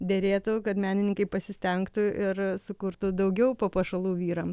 derėtų kad menininkai pasistengtų ir sukurtų daugiau papuošalų vyrams